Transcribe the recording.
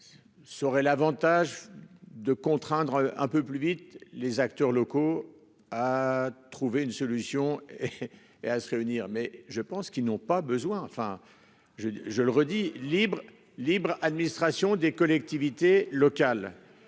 Ça aurait l'Avantage de contraindre un peu plus vite, les acteurs locaux à trouver une solution. Et à se réunir, mais je pense qu'ils n'ont pas besoin enfin je, je le redis libre libre administration des collectivités locales.